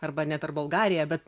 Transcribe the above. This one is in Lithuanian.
arba net ar bulgarija bet